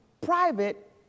private